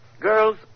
girls